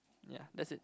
ya that's it